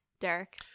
Derek